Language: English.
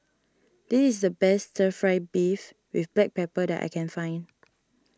this is the best Stir Fry Beef with Black Pepper that I can find